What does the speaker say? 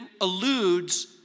alludes